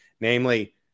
namely